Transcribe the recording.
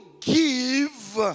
give